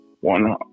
one